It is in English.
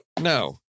No